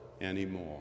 anymore